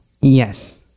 yes